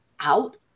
out